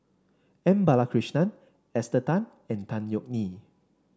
M Balakrishnan Esther Tan and Tan Yeok Nee